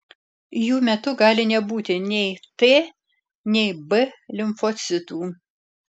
jų metu gali nebūti nei t nei b limfocitų